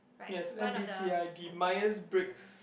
yes M-B_T_I_D Myers-Briggs